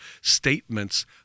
statements